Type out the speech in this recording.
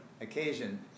occasion